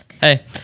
Hey